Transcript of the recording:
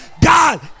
God